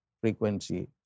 frequency